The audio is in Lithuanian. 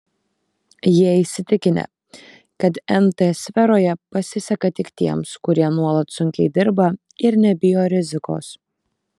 jie įsitikinę kad nt sferoje pasiseka tik tiems kurie nuolat sunkiai dirba ir nebijo rizikos